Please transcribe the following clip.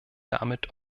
damit